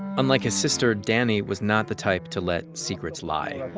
unlike his sister, danny was not the type to let secrets lie